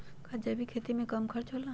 का जैविक खेती में कम खर्च होला?